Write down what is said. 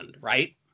right